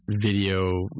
video